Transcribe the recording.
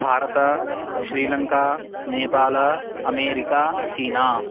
भारतं श्रीलङ्का नेपालम् अमेरिका चीना